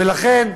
ולכן,